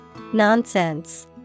Nonsense